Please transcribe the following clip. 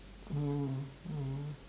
mm mm